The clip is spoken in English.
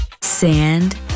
Sand